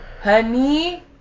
honey